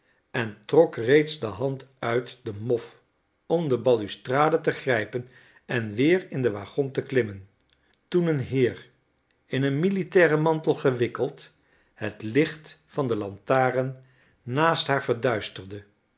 en trok reeds de hand uit den mof om de balustrade te grijpen en weer in den waggon te klimmen toen een heer in een militairen mantel gewikkeld het licht van de lantaarn naast haar verduisterde